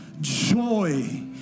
joy